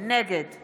נגד